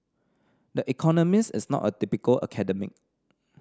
this economist is not a typical academic